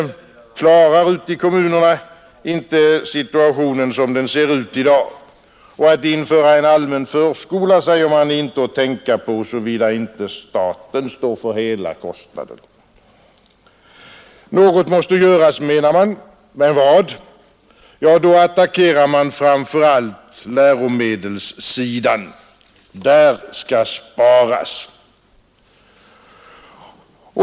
Ute i kommunerna klarar man inte situationen som den ser ut i dag, och att införa en allmän förskola, säger man, är inte att tänka på såvida inte staten står för hela kostnaden. Något måste göras, menar man, men vad? Då attackerar man framför allt läromedelssidan. Där skall sparas!